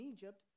Egypt